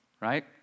right